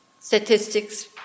statistics